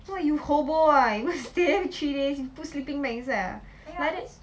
!wah! you hobo ah you stay there three days put sleeping bag inside ah like that